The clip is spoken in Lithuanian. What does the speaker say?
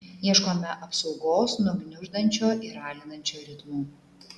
ieškome apsaugos nuo gniuždančio ir alinančio ritmo